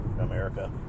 America